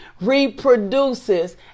reproduces